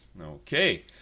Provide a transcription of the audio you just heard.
Okay